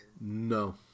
No